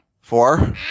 Four